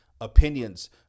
opinions